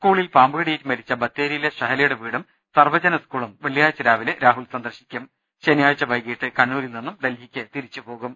സ്കൂളിൽ പാമ്പുകടിയേറ്റ് മരിച്ച ബത്തേരിയിലെ ഷഹല യുടെ വീടും സർവ്വജന സ്കൂളും വെള്ളിയാഴ്ച്ച രാവിലെ രാഹുൽ സന്ദർശിക്കും ശനിയാഴ്ച്ച വൈകീട്ട് കണ്ണൂരിൽ നിന്നും ഡൽഹിക്ക് തിരിച്ചുപോ കും